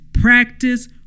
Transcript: practice